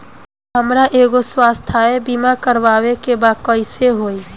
हमरा एगो स्वास्थ्य बीमा करवाए के बा कइसे होई?